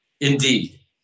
Indeed